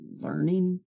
learning